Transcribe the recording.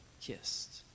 kissed